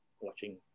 watching